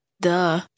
Duh